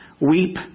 Weep